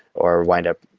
or wind up,